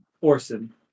Orson